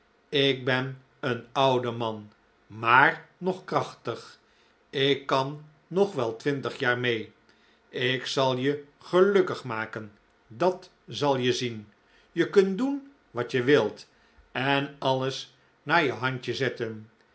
ik ben een oude man maar nog krachtig ik kan nog wel twintig jaar mee ik zal je gelukkig maken dat zal je zien je kunt doen wat je wilt en alles naar je handje zetten